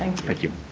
thank thank you